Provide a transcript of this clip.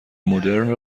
مدرن